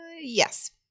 Yes